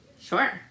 Sure